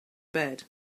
bed